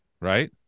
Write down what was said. right